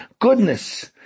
goodness